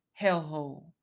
hellhole